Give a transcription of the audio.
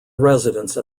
residence